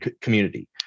community